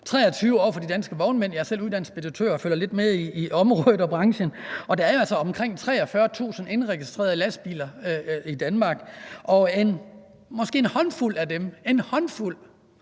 ovre fra Danske Vognmænd – jeg er selv uddannet speditør og følger lidt med på området og i branchen – er der altså omkring 43.000 indregistrerede lastbiler i Danmark. Og måske kan en håndfuld af dem – en håndfuld